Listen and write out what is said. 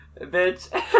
Bitch